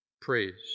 Praise